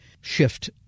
shift